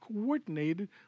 coordinated